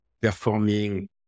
performing